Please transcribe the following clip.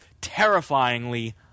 terrifyingly